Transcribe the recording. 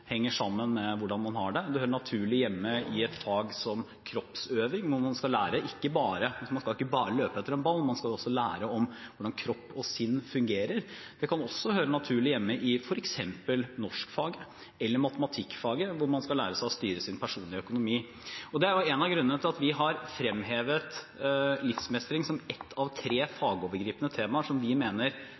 henger sammen med hvordan man har det. Det hører naturlig hjemme i et fag som kroppsøving, hvor man ikke bare skal løpe etter en ball, men også lære om hvordan kropp og sinn fungerer. Det kan også høre naturlig hjemme i f.eks. norskfaget eller matematikkfaget, hvor man skal lære å styre sin personlige økonomi. Det er en av grunnene til at vi har fremhevet «livsmestring» som ett av tre fagovergripende temaer som vi mener